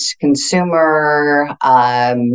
consumer